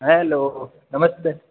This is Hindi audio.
हेलो नमस्ते